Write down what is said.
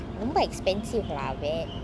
ரொம்ப:romba expensive lah vet